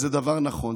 וזה דבר נכון,